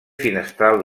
finestral